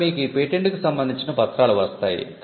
అప్పుడు మీకు ఈ పేటెంట్ కు సంబందించిన పత్రాలు వస్తాయి